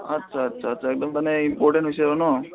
মানে ইম্পৰ্টেণ্ট হৈছে ন